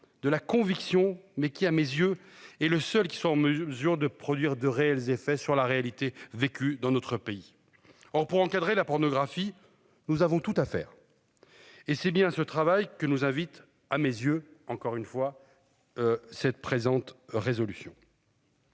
de la conviction, mais qui à mes yeux et le seul qui soit en mesure de produire de réels effets sur la réalité vécue dans notre pays. Or pour encadrer la pornographie. Nous avons tout à faire. Et c'est bien ce travail que nous invite à mes yeux, encore une fois. Cette présente résolution.